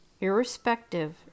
irrespective